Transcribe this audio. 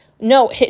No